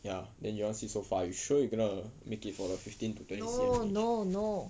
ya then you want sit so far you sure you gonna make it for fifteen to twenty C_M range